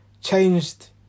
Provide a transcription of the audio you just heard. changed